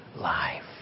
life